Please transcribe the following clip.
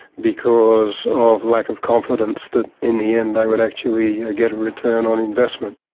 because of lack of confidence that in the end they would actually get a return on investment.